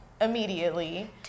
immediately